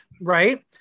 Right